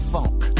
Funk